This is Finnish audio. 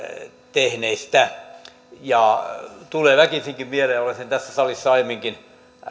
tehneistä tulee väkisinkin mieleen olen sen tässä salissa aiemminkin